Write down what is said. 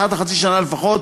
אחת לחצי שנה לפחות,